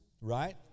Right